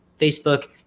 Facebook